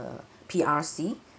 a P_R_C